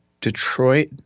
Detroit